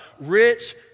rich